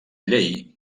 llei